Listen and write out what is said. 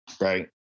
Right